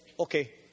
Okay